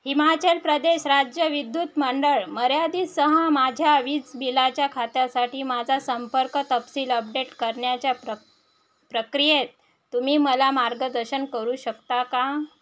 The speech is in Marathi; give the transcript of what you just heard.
हिमाचल प्रदेश राज्य विद्युत मंडळ मर्यादितसह माझ्या वीज बिलाच्या खात्यासाठी माझा संपर्क तपशील अपडेट करण्याच्या प्र प्रक्रियेत तुम्ही मला मार्गदर्शन करू शकता का